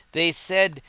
they said,